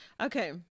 Okay